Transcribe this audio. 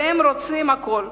והם רוצים הכול.